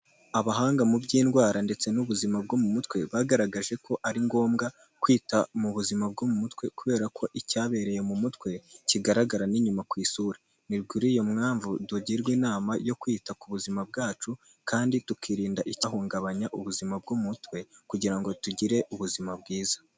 Abahanga mu by'indwara ndetse n'ubuzima bwo mu mutwe, bagaragaje ko ari ngombwa kwita mu buzima bwo mu mutwe kubera ko icyabereye mu mutwe kigaragara n'inyuma ku isura, ni kuri iyo mpamvu tugirwa inama yo kwita ku buzima bwacu kandi tukirinda icyahungabanya ubuzima bwo mu mutwe, kugira ngo tugire ubuzima bwiza.